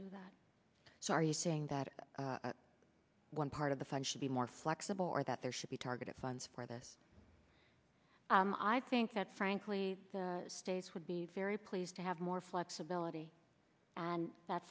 do that so are you saying that one part of the fund should be more flexible or that there should be targeted funds for this i think that frankly the states would be very pleased to have more flexibility and that